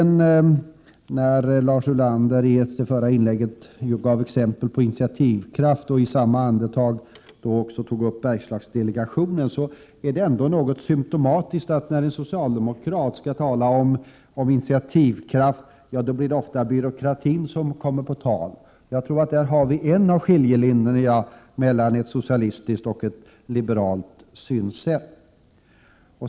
När Lars Ulander i det förra inlägget gav exempel på initiativkraft och i samma andetag nämnde Bergslagsdelegationen, var det symptomatiskt — när en socialdemokrat skall tala om initiativkraft, blir det ofta byråkratin som kommer på tal. Jag tror att där har vi en skiljelinje mellan ett socialistiskt och ett liberalt synsätt.